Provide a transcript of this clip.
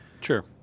Sure